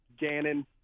Gannon